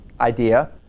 idea